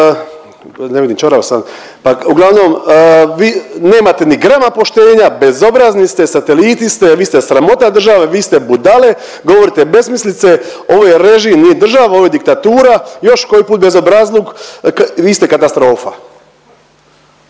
ne vidim ćorav sam, pa uglavnom nemate ni grama poštenja, bezobrazni ste, sateliti ste, vi ste sramota države, vi ste budale, govorite besmislice, ovo je režim nije država, ovo je diktatura još koji put bezobrazluk, vi ste katastrofa.